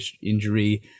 injury